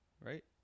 Right